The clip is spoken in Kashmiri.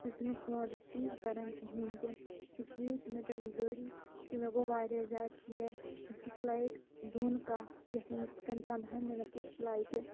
سُہ چھُنہٕ فون رِسیٖو کَران کِہیٖنٛۍ تہِ اِسلیے چھِ مےٚ تۄہہِ گُذٲرِش کہِ مےٚ گوٚو واریاہ زیادٕ ژیر مےٚ چھِ فُلایٹ دوٗنہٕ کاہ یَتھ وُنکٮ۪ٮن پَنٛداہے مِنَٹ روٗد فُلایٹہِ